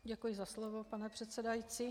Děkuji za slovo, pane předsedající.